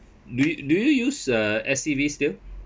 do you do you use uh S_C_V still